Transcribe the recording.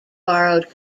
borrowed